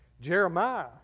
Jeremiah